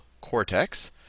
cortex